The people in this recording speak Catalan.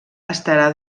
estarà